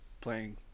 playing